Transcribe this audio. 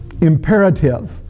imperative